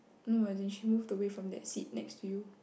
no as in she moved away from that seat next to you